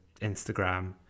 Instagram